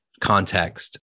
context